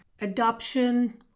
adoption